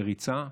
בריצה,